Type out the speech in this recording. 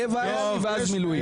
עם קבע ואז מילואים.